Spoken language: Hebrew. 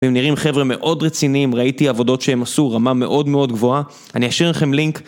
ואם נראים חבר'ה מאוד רצינים, ראיתי עבודות שהם עשו רמה מאוד מאוד גבוהה, אני אשאיר לכם לינק.